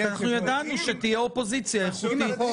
אנחנו ידענו שתהיה אופוזיציה איכותית.